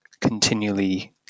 continually